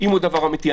אם הוא דבר אמיתי,